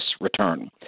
return